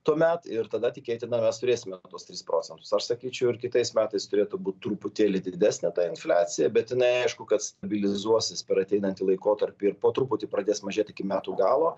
tuomet ir tada tikėtina mes turėsime tuos tris procentus aš sakyčiau ir kitais metais turėtų būt truputėlį didesnė ta infliacija bet jinai aišku kad stabilizuosis per ateinantį laikotarpį ir po truputį pradės mažėt iki metų galo